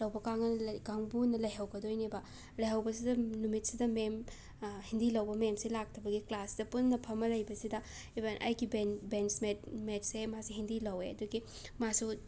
ꯀꯥꯡꯒꯨꯅ ꯀꯥꯡꯕꯨꯅ ꯂꯩꯍꯧꯒꯗꯣꯏꯅꯦꯕ ꯂꯩꯍꯧꯕꯁꯤꯗ ꯅꯨꯃꯤꯠꯁꯤꯗ ꯃꯦꯝ ꯍꯤꯟꯗꯤ ꯂꯧꯕ ꯃꯦꯝꯁꯦ ꯂꯥꯛꯇꯕꯒꯤ ꯀ꯭ꯂꯥꯁꯁꯤꯗ ꯄꯨꯟꯅ ꯐꯝꯃ ꯂꯩꯕꯁꯤꯗ ꯏꯕꯟ ꯑꯩꯒꯤ ꯕꯦꯟ ꯕꯦꯟꯁ ꯃꯦꯠ ꯃꯦꯠꯁꯦ ꯍꯤꯟꯗꯤ ꯂꯧꯋꯦ ꯑꯗꯨꯒꯤ ꯃꯥꯁꯨ